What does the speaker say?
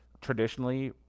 traditionally